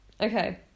Okay